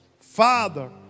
Father